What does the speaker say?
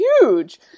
huge